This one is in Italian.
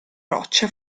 rocce